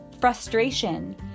frustration